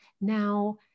Now